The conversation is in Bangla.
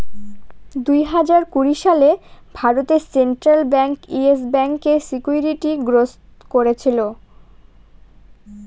দুই হাজার কুড়ি সালে ভারতে সেন্ট্রাল ব্যাঙ্ক ইয়েস ব্যাঙ্কে সিকিউরিটি গ্রস্ত করেছিল